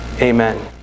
Amen